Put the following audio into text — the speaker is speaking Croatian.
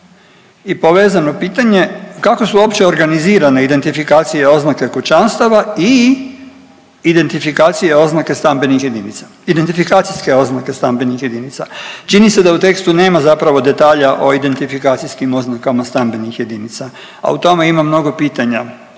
I povezano pitanje kako su uopće organizirane identifikacije i oznake kućanstava i identifikacije i oznake stambenih jedinica, identifikacijske oznake stambenih jedinica. Čini se da u tekstu nema zapravo detalja o identifikacijskim oznakama stambenih jedinica, a o tome ima mnogo pitanja